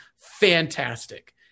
fantastic